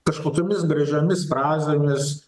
kažkokiomis gražiomis frazėmis